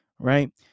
Right